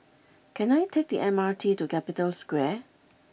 can I take the M R T to Capital Square